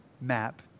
map